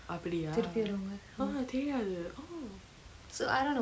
so it's already twelve six twelve months very own place lah